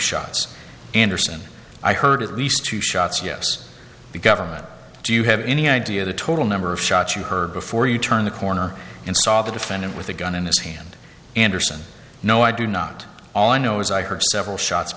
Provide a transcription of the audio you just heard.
shots anderson i heard at least two shots yes the government do you have any idea the total number of shots you heard before you turned the corner and saw the defendant with a gun in his hand anderson no i do not all i know is i heard several shots